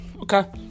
Okay